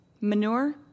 manure